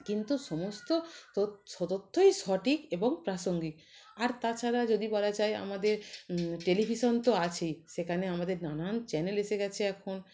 কিন্তু সমস্ত তথ্য স তথ্যই সঠিক এবং প্রাসঙ্গিক আর তাছাড়া যদি বলা যায় আমাদের টেলিভিশন তো আছেই সেখানে আমাদের নানান চ্যানেল এসে গেছে এখন